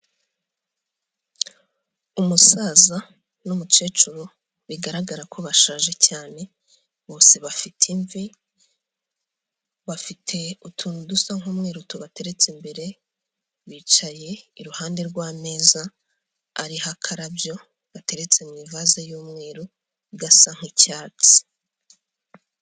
Umusaza n'umukecuru bigaragara ko bashaje cyane, bose bafite imvi, bafite utuntu dusa nk'umweru tubateretse imbere, bicaye iruhande rw'ameza ariho akarabyo gateretse mu ivase y'umweru gasa nk'icyatsi.